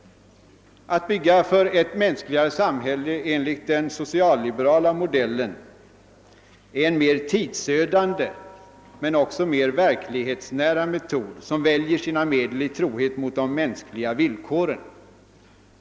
Att bygga för ett mänskligare samhälle enligt den socialliberala modellen är en mer tidsödande men också mer verklighetsnära metod som väljer sina medel i trohet mot de mänskliga villkoren.